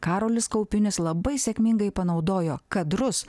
karolis kaupinis labai sėkmingai panaudojo kadrus